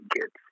kids